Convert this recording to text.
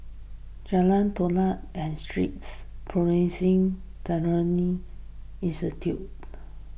Jalan Todak and Streets Bioprocessing Technology Institute